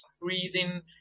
breathing